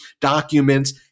documents